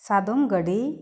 ᱥᱟᱫᱚᱢ ᱜᱟᱹᱰᱤ